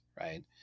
right